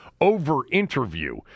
over-interview